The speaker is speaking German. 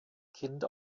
kind